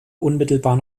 unmittelbar